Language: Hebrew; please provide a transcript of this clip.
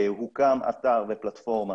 הוקם אתר ופלטפורמה